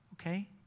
Okay